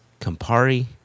Campari